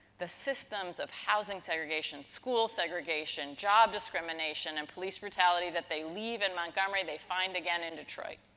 the systems of housing segregation, school segregation, job discrimination, and police brutality that they leave in montgomery, they find again in detroit.